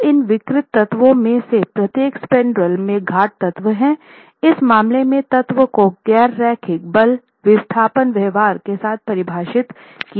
तो इन विकृत तत्वों में से प्रत्येक स्पैन्ड्रेल में घाट तत्व है इस मामले में तत्व को गैर रैखिक बल विस्थापन व्यवहार के साथ परिभाषित किया गया है